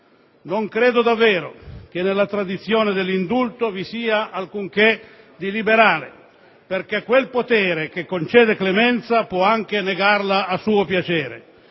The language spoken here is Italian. Non credo davvero che nella tradizione dell'indulto vi sia alcunché di liberale, perché quel potere che concede clemenza può anche negarla a suo piacere,